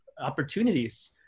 opportunities